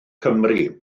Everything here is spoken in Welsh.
cymru